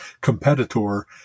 competitor